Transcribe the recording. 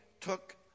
took